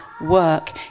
work